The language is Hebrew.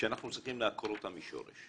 שאנחנו צריכים לעקור אותה משורש,